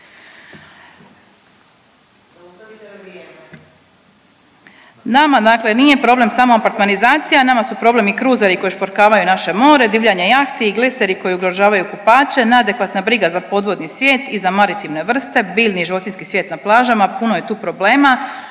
Nama dakle nije problem samo apartmanizacija, nama su problem i kruzeri koji šporkavaju naše more, divljanje jahti i gliseri koji ugrožavaju kupače, neadekvatna briga za podvodni svijet i za maritivne vrste, biljni i životinjski svijet na plažama, puno je tu problema